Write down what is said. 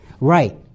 Right